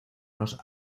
los